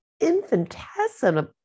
infinitesimal